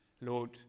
Lord